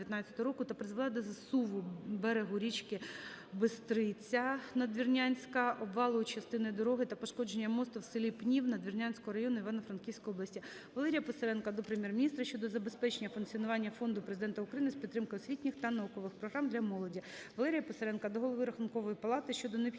Валерія Писаренка до голови Рахункової палати щодо необхідності